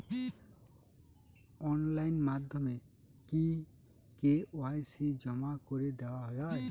Online মাধ্যমে কি KYC জমা করে দেওয়া য়ায়?